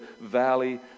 valley